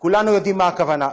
כולנו יודעים מה הכוונה.